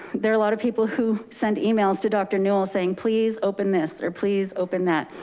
there are a lot of people who send emails to dr. newel saying, please open this, or please open that.